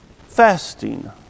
Fasting